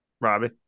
Robbie